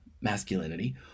masculinity